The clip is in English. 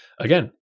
again